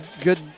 good